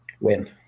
Win